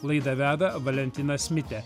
laidą veda valentinas mitė